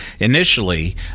Initially